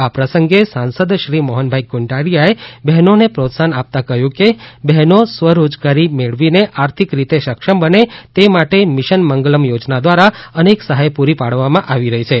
આ પ્રસંગે સાંસદશ્રી મોહનભાઈ કુંડારિયાએ બહેનોને પ્રોત્સાહન આપતા કહ્યું હતું કે બહેનો સ્વરોજગારી મેળવીને આર્થિક રીતે સક્ષમ બને તે માટે મિશન મંગલમ યોજના દ્વારા અનેક સહાય પુરી પાડવામાં આવી રહી છે